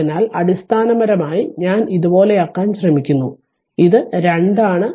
അതിനാൽ അടിസ്ഥാനപരമായി ഞാൻ ഇത് ഇതുപോലെയാക്കാൻ ശ്രമിക്കുന്നു ഇത് 2 ആണ്